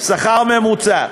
שכר ממוצע,